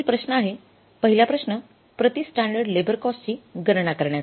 पुढील प्रश्न आहे पहिला प्रश्न प्रति स्टँडर्ड लेबर कॉस्टची गणना करण्याचा